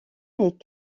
est